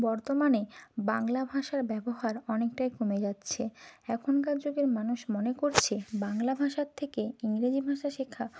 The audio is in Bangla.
বর্তমানে বাংলা ভাষার ব্যবহার অনেকটাই কমে যাচ্ছে এখনকার যুগের মানুষ মনে করছে বাংলা ভাষার থেকে ইংরাজি ভাষা শেখা